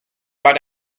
but